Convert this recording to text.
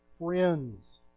friends